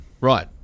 Right